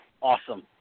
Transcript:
Awesome